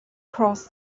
cross